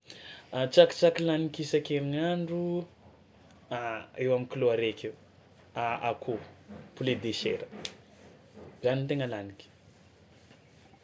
A tsakitsaky laniky isan-kerignandro eo amin'ny kilao araiky eo a- akoho poulet de chair zany ny tegna laniky.